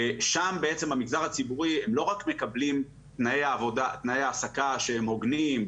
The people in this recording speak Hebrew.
שם בעצם המגזר הציבורי לא רק מקבלים תנאי העסקה שהם הוגנים,